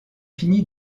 fini